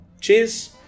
Cheers